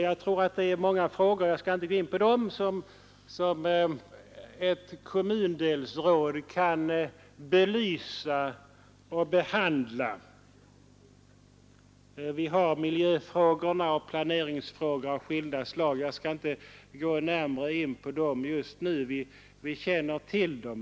Det finns många frågor som kommundelsråden kan belysa och behandla, t.ex. miljöfrågor och planeringsfrågor av skilda slag. Jag skall inte gå närmare in på dem just nu. Vi känner till dem.